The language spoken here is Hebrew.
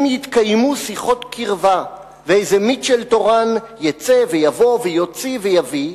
אם יתקיימו שיחות קרבה ואיזה מיטשל תורן יצא ויבוא ויוציא ויביא,